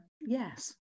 yes